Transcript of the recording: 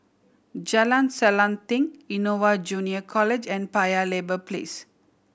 Jalan Selanting Innova Junior College and Paya Lebar Place